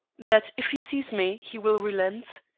that if he sees me he will relent?